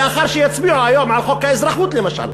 לאחר שיצביעו היום על חוק האזרחות למשל,